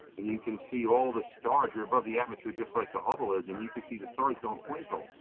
and you can see all the stars. you're above the atmosphere, just like the hubble is. and you can see the stars don't twinkle.